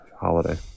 holiday